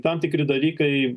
tam tikri dalykai